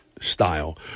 style